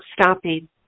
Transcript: stopping